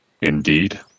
Indeed